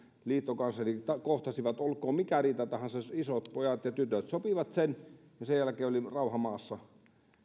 liittokansleri kohtasivat olkoon mikä riita tahansa jos isot pojat ja tytöt sopivat sen niin sen jälkeen oli rauha maassa